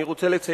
אני רוצה לציין,